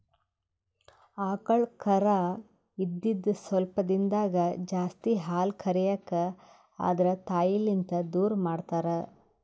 ಆಕಳ್ ಕರಾ ಇದ್ದಿದ್ ಸ್ವಲ್ಪ್ ದಿಂದಾಗೇ ಜಾಸ್ತಿ ಹಾಲ್ ಕರ್ಯಕ್ ಆದ್ರ ತಾಯಿಲಿಂತ್ ದೂರ್ ಮಾಡ್ತಾರ್